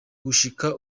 gushika